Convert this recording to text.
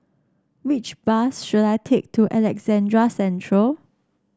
which bus should I take to Alexandra Central